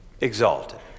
exalted